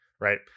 right